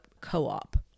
co-op